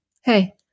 Hey